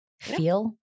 Feel